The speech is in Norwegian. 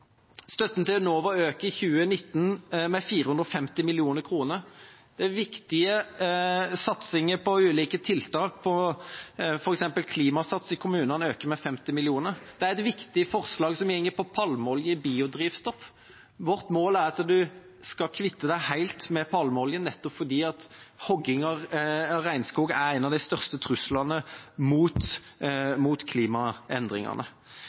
Støtten til Enova øker i 2019 med 450 mill. kr. Det er viktige satsinger på ulike tiltak, f.eks. på klimasatsing i kommunene, som øker med 50 mill. kr. Det er et viktig forslag som går på palmeolje i biodrivstoff. Vårt mål er at en skal kvitte seg helt med palmeolje, nettopp fordi hugging av regnskog er en av de største truslene mot klimaendringene.